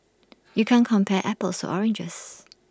you can't compare apples to oranges